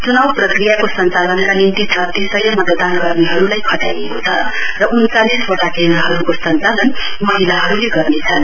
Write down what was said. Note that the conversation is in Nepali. चुनाउ प्रक्रियाको संचालनका निम्ति छत्तीस सय मतदान कर्मीहरुलाई खटाइएको छ र उन्चालिस वटा केन्द्रहरुको संचालन महिलाहरुले गरिरहेछन्